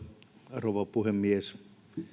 rouva puhemies